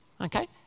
okay